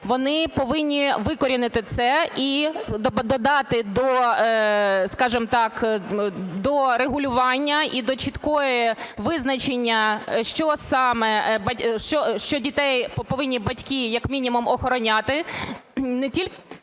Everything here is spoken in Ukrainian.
вони повинні викорінити це і додати до, скажімо так, до регулювання і до чіткого визначення, що дітей повинні батьки, як мінімум, охороняти,